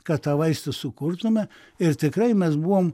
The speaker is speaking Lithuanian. kad tą vaistą sukurtume ir tikrai mes buvom